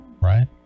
right